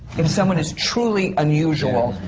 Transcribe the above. if someone is truly unusual,